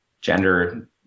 Gender